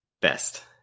best